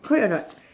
correct or not